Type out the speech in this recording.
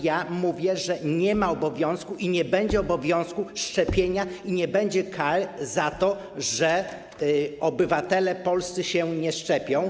Ja mówię, że nie ma i nie będzie obowiązku szczepienia, nie będzie kar za to, że obywatele polscy się nie szczepią.